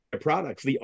products